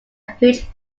huge